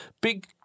big